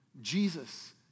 Jesus